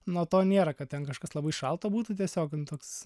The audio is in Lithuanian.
nuo to nėra kad ten kažkas labai šalta būtų tiesiog toks